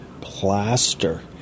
Plaster